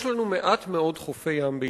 יש לנו מעט מאוד חופי-ים בישראל,